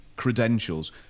credentials